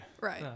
right